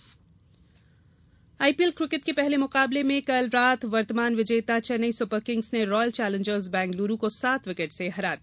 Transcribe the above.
IPL IPL cricket के पहले मुकाबले में कल रात वर्तमान विजेता चेन्नई सुपर किंग्स ने रॉयल चेलेंजर्स बैंगलुरु को सात विकेट से हरा दिया